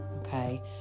okay